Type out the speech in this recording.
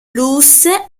luce